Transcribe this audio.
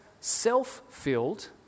self-filled